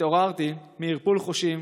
התעוררתי מערפול חושים,